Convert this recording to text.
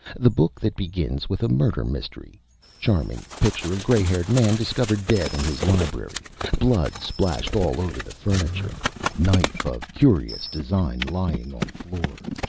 the book that begins with a murder mystery charming picture of gray-haired man discovered dead in his library blood splashed all over the furniture knife of curious design lying on floor.